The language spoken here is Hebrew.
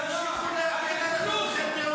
תמשיכו להגן על ארגוני טרור,